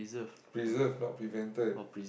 preserve not prevented